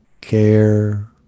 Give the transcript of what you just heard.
care